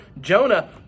Jonah